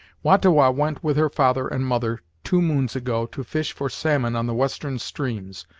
wah-ta-wah went with her father and mother, two moons ago, to fish for salmon on the western streams,